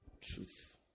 Truth